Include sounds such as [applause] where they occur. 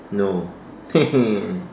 no [laughs]